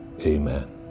Amen